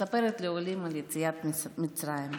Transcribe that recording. מספרת לעולים על יציאת מצרים.